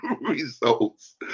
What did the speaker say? results